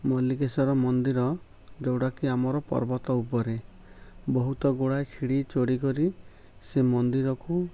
ମଲ୍ଲିକେଶ୍ୱର ମନ୍ଦିର ଯେଉଁଟାକି ଆମର ପର୍ବତ ଉପରେ ବହୁତ ଗୁଡ଼ାଏ ସିଡ଼ି ଚଢ଼ିକରି ସେ ମନ୍ଦିରକୁ